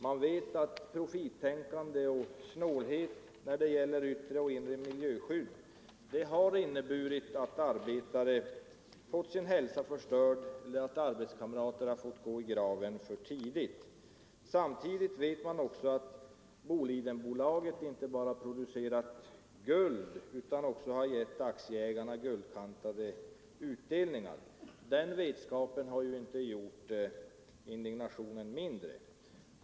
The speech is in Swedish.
Man vet att profittänkandet och snålhet när det gäller yttre och inre miljöskydd har inneburit att arbetare fått sin hälsa förstörd och att arbetskamrater fått gå i graven för tidigt. Samtidigt vet man att Bolidenbolaget inte bara producerat guld utan också gett aktieägarna guldkantade utdelningar. Den vetskapen har inte gjort indignationen mindre.